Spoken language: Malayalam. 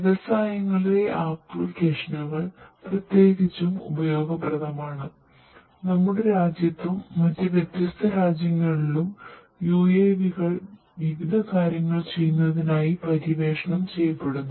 വ്യവസായങ്ങളിലെ ആപ്ലിക്കേഷനുകൾ പ്രത്യേകിച്ചും ഉപയോഗപ്രദമാണ് നമ്മുടെ രാജ്യത്തും മറ്റ് വ്യത്യസ്ത രാജ്യങ്ങളിലും UAVകൾ വിവിധ കാര്യങ്ങൾ ചെയ്യുന്നതിനായി പര്യവേക്ഷണം ചെയ്യപ്പെടുന്നു